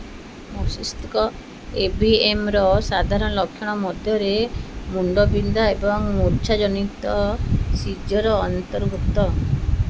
ମସ୍ତିଷ୍କ ଏଭିଏମ୍ର ସାଧାରଣ ଲକ୍ଷଣ ମଧ୍ୟରେ ମୁଣ୍ଡବିନ୍ଧା ଏବଂ ମୂର୍ଚ୍ଛାଜନିତ ସିଜର୍ ଅନ୍ତର୍ଭୁକ୍ତ